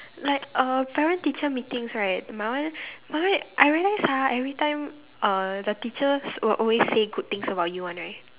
like our parent teacher meetings right my one I realize ah every time uh the teachers will always say good things about you one right